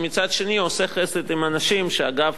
ומצד שני, עושה חסד עם אנשים, שאגב,